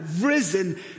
risen